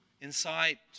inside